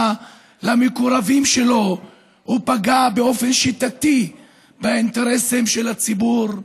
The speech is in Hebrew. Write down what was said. למקורבים שלו ופגע באופן שיטתי באינטרסים של הציבור,